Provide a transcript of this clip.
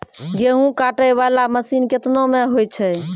गेहूँ काटै वाला मसीन केतना मे होय छै?